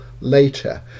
later